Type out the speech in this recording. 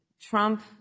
Trump